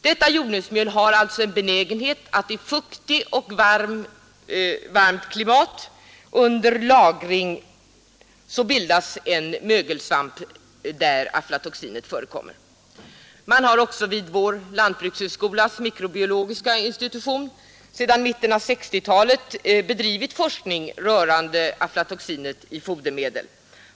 Detta jordnötsmjöl har en benägenhet att vid fuktig och varm lagring angripas av en speciell mögelsvamp där aflatoxinet förekommer. Man har också vid lantbrukshögskolans mikrobiologiska institution sedan mitten av 1960-talet bedrivit forskning rörande aflatoxinet i fodermedel.